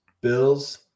Bills